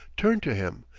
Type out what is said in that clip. turn to him,